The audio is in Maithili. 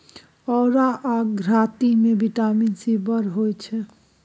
औरा या धातृ मे बिटामिन सी बड़ होइ छै